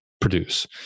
produce